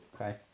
Okay